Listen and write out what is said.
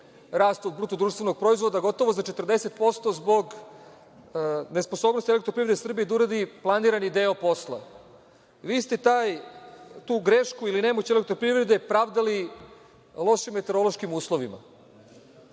rastu bruto društvenog proizvoda gotovo za 40% zbog nesposobnosti „Elektroprivrede Srbije“ da uradi planirani deo posla. Vi ste tu grešku ili nemoć „Elektroprivrede“ pravdali lošim meteorološkim uslovima.